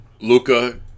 Luca